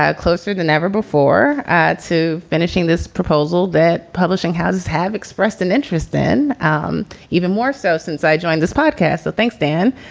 ah closer than ever before to finishing this proposal that publishing houses have expressed an interest then um even more so since i joined this podcast so thanks, dan.